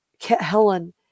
Helen